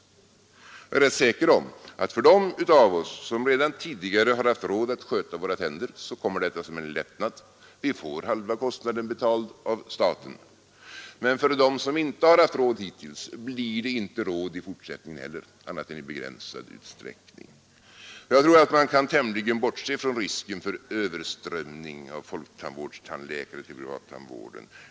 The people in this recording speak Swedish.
Jag är rätt säker på att för dem av oss som redan tidigare har haft råd att sköta tänderna kommer detta som en lättnad; vi får halva kostnaden betald av staten. Men för dem som inte har haft råd hittills blir det inte råd i fortsättningen heller annat än i begränsad utsträckning. Jag tror att man tämligen säkert kan bortse från risken för överströmning av folktandvårdstandläkare till privattandvården.